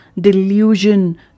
delusion